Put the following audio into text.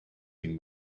been